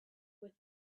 with